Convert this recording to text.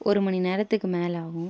ஒரு மணிநேரத்துக்கு மேலே ஆகும்